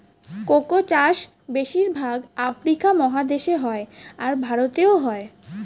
cocoa চাষ বেশির ভাগ আফ্রিকা মহাদেশে হয়, আর ভারতেও হয়